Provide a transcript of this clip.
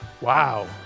wow